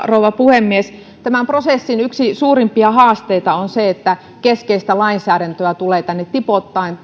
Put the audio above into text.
rouva puhemies tämän prosessin yksi suurimpia haasteita on se että keskeistä lainsäädäntöä tulee tänne tipoittain